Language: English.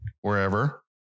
wherever